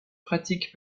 pratique